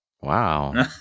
Wow